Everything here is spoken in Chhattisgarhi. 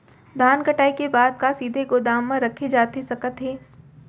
धान कटाई के बाद का सीधे गोदाम मा रखे जाथे सकत हे?